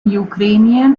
ukrainian